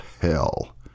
hell